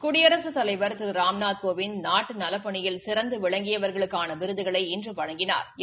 குடியரசுத் தலைவர் திரு ராமநாத் கோவிந்த் நாட்டு நலப்பணியில் சிறந்து விளங்கியவர்களுக்கான விருதுகளை இன்று வழங்கினா்